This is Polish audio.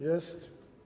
Jest?